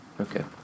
Okay